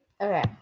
okay